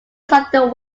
sudden